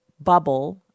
bubble